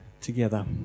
together